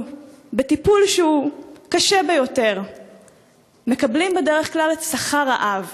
בטיפול שהוא קשה ביותר מקבלים בדרך כלל שכר רעב.